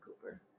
Cooper